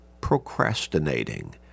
procrastinating